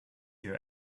your